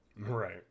Right